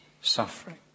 suffering